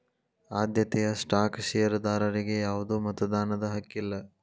ಆದ್ಯತೆಯ ಸ್ಟಾಕ್ ಷೇರದಾರರಿಗಿ ಯಾವ್ದು ಮತದಾನದ ಹಕ್ಕಿಲ್ಲ